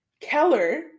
Keller